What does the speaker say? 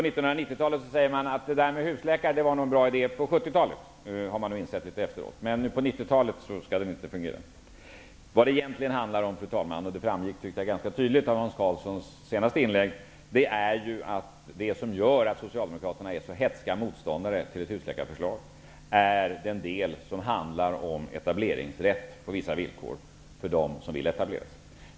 Nu säger de att förslaget om husläkare var en bra idé på 1970-talet -- det har man insett efteråt -- men att det inte fungerar på 1990 Vad det egentligen handlar om -- det framgick ganska tydligt i Hans Karlssons senaste inlägg -- är att det som gör att Socialdemokraterna är så hätska motståndare till ett husläkarförslag är den del som handlar om etableringsrätt på vissa villkor för dem som vill etablera sig.